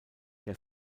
der